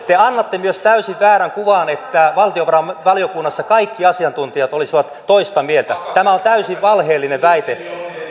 te annatte myös täysin väärän kuvan että valtiovarainvaliokunnassa kaikki asiantuntijat olisivat toista mieltä tämä on täysin valheellinen väite